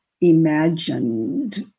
imagined